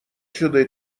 شده